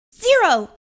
Zero